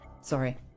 Sorry